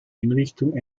einrichtung